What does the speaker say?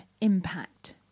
Impact